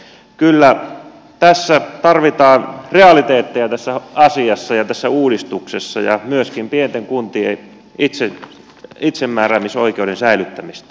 kyllä tässä asiassa ja tässä uudistuksessa tarvitaan realiteetteja ja myöskin pienten kuntien itsemääräämisoikeuden säilyttämistä